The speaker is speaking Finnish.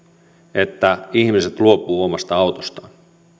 että ihmiset luopuvat omasta autostaan